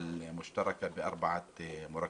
הערבית המשותפת על ארבעת מרכיביה.